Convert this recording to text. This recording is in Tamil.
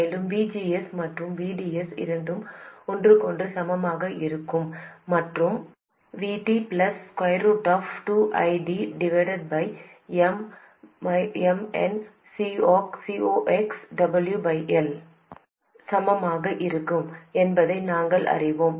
மேலும் VGS மற்றும் VDS இரண்டும் ஒன்றுக்கொன்று சமமாக இருக்கும் மற்றும் Vt 2IdnCox க்கு சமமாக இருக்கும் என்பதை நாங்கள் அறிவோம்